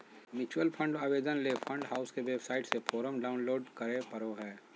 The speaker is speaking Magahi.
म्यूचुअल फंड आवेदन ले फंड हाउस के वेबसाइट से फोरम डाऊनलोड करें परो हय